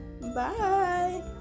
Bye